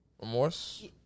Remorse